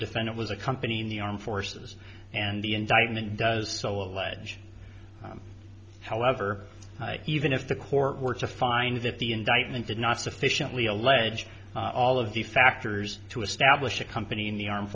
defendant was accompanying the armed forces and the indictment does so allege however even if the court were to find that the indictment did not sufficiently alleged all of the factors to establish a company in the armed